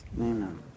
Amen